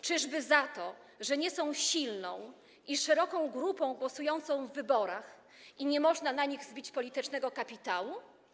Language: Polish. Czyżby za to, że nie są silną i szeroką grupą głosującą w wyborach i nie można na nich zbić politycznego kapitału?